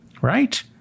Right